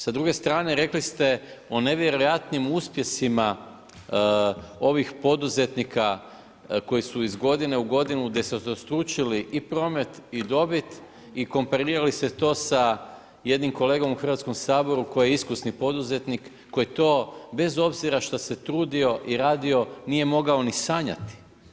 Sa druge strane rekli ste o nevjerojatnim uspjesima ovih poduzetnika koji su iz godine u godinu udeseterostručili i promet i dobit i komparirali si to sa jednim kolegom u Hrvatskom saboru koji je iskusni poduzetnik, koji to bez obzira šta se trudio i radio, nije mogao ni sanjati.